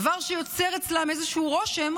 דבר שיוצר אצלם רושם,